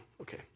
Okay